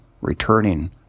returning